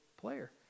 player